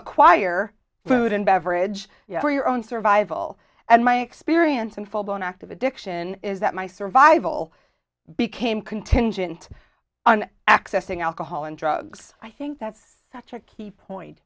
acquire food and beverage for your own survival and my experience in full blown active addiction is that my survival became contingent on accessing alcohol and drugs i think that's such a key point